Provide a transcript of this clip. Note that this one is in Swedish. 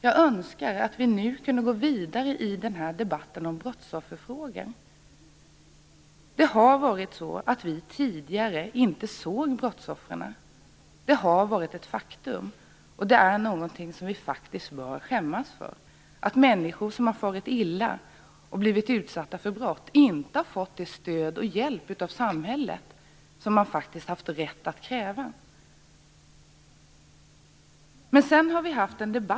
Jag önskar att vi nu kunde gå vidare i debatten om brottsofferfrågor. Det är ett faktum att vi tidigare inte har sett brottsoffren. Att människor som har farit illa och blivit utsatta för brott inte har fått det stöd och den hjälp av samhället som de faktiskt har haft rätt att kräva är någonting som vi faktiskt bör skämmas för.